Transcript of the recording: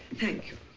thank you